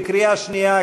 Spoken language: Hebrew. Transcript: בקריאה שנייה,